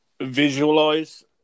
visualize